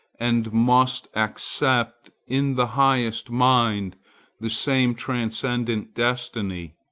and must accept in the highest mind the same transcendent destiny